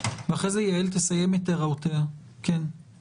כשתהיי בסיטואציה הזאת